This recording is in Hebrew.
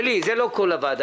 זה לא כל הוועדה,